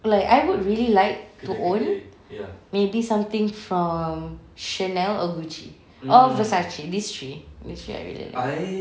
like I would really like to own maybe something from chanel or gucci or versace these three these three I really like